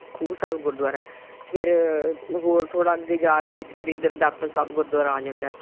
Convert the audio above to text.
ਖੂਹ ਸਾਹਿਬ ਗੁਰਦੁਆਰਾ ਫਿਰ ਹੋਰ ਥੋੜ੍ਹਾ ਅੱਗੇ ਜਾ ਕੇ ਅਤੇ ਫਿਰ ਇੱਧਰ ਦਾਤਣ ਸਾਹਿਬ ਗੁਰਦੁਆਰਾ ਆ ਜਾਂਦਾ